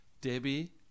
Debbie